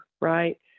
right